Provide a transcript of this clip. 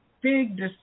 big